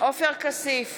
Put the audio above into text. עופר כסיף,